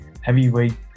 heavyweight